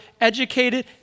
educated